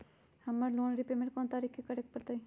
हमरा loan repayment कोन तारीख के करे के परतई?